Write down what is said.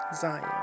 Zion